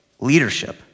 Leadership